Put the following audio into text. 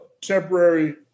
temporary